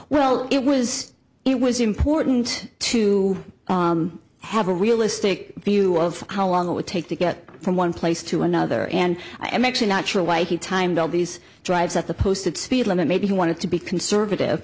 well it was it was important to have a realistic view of how long it would take to get from one place to another and i'm actually not sure why he timed all these drives at the posted speed limit maybe he wanted to be conservative